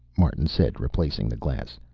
martin said, replacing the glass.